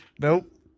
Nope